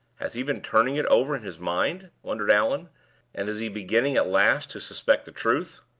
has he been turning it over in his mind? wondered allan and is he beginning at last to suspect the truth?